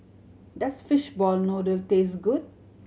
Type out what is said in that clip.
does fish ball noodle taste good